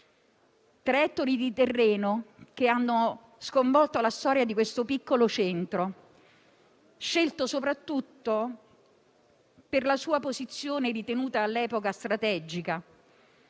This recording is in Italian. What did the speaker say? Tre ettari di terreno che hanno sconvolto la storia di quel piccolo centro, scelto soprattutto per la sua posizione ritenuta all'epoca strategica,